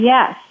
Yes